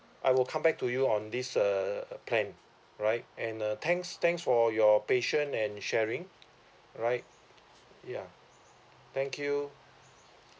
I will come back to you on this uh plan right and uh thanks thanks for your patient and sharing right yeah thank you